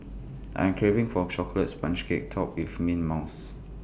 I am craving for A Chocolate Sponge Cake Topped with mint mouse